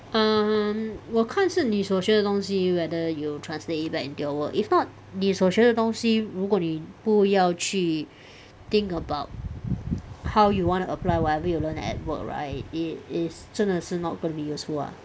um 我看是你所学的东西 whether you translate it back into your work if not 你所学的东西如果你不要去 think about how you want to apply whatever you learn at work right it is 真的是 not gonna be useful ah